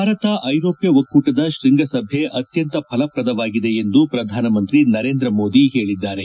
ಭಾರತ ಐರೋಷ್ಣ ಒಕ್ಕೂಟದ ಶೃಂಗಸಭೆ ಅತ್ಯಂತ ಫಲಪ್ರದವಾಗಿದೆ ಎಂದು ಪ್ರಧಾನಮಂತ್ರಿ ನರೇಂದ್ರ ಮೋದಿ ಹೇಳಿದ್ದಾರೆ